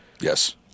Yes